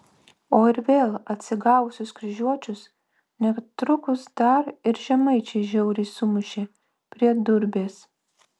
o ir vėl atsigavusius kryžiuočius netrukus dar ir žemaičiai žiauriai sumušė prie durbės